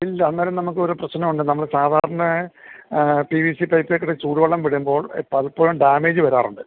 ഇല്ല അന്നേരം നമുക്ക് ഒരു പ്രശ്നവും ഇല്ല നമ്മൾ സാധാരണ പി വി സി പൈപ്പിൽ കൂടെ ചൂടുവെള്ളം വിടുമ്പോൾ പലപ്പോഴും ഡാമേജ് വരാറുണ്ട്